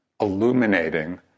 illuminating